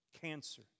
cancer